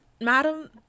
madam